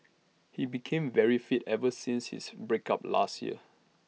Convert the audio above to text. he became very fit ever since his break up last year